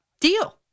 deal